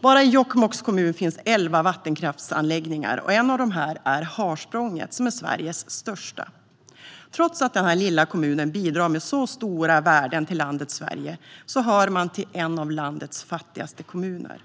Bara i Jokkmokks kommun finns elva vattenkraftsanläggningar, och en av dem är Harsprånget, som är Sveriges största. Trots att denna lilla kommun bidrar med så stora värden till Sverige hör den till landets fattigaste kommuner.